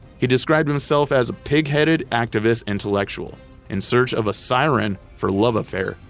he described himself as a pig-headed activist intellectual in search of a siren for love affair,